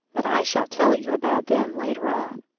but i shall tell you about them later on.